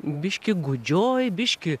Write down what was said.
biškį gūdžioj biškį